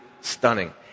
stunning